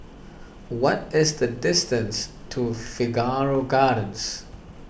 what is the distance to Figaro Gardens